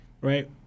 right